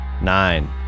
Nine